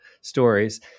stories